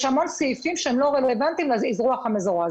המון סעיפים שהם לא רלוונטיים לאזרוח המזורז.